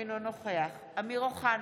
אינו נוכח אמיר אוחנה,